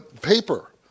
paper